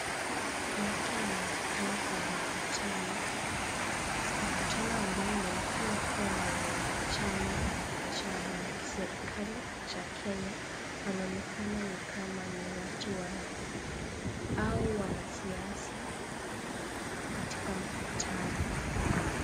Watu wanaonekana kwenye mkutano. Mkutano ambao unaonekana kuwa ni chama cha kiserikali cha Kenya. Wanaonekana ni kama ni watu wa au wanasiasa katika mkutano.